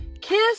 Kiss